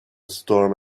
storm